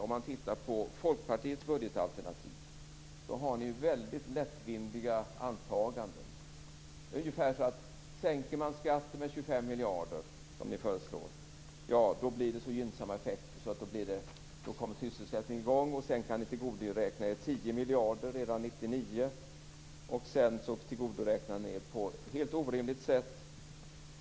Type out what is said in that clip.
Folkpartiet gör i sitt budgetalternativ mycket lättvindiga antaganden som ungefär går ut på att om man sänker skatterna med 25 miljarder blir det så gynnsamma effekter att sysselsättningen kommer i gång. Då kan ni tillgodoräkna er 10 miljarder redan 1999.